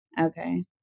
okay